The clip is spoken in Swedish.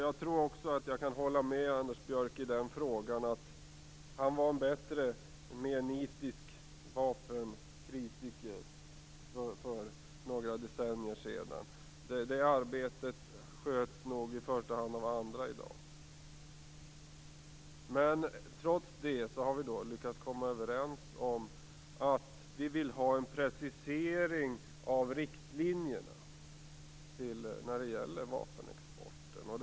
Jag tror att jag kan hålla med Anders Björck i den frågan. Han var en bättre, mer nitisk vapenexportkritiker för några decennier sedan. Det arbetet sköts nog i första hand av andra i dag. Trots det har vi lyckats komma överens om att vi vill ha en precisering av riktlinjerna när det gäller vapenexporten.